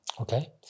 Okay